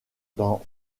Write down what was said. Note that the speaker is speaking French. dans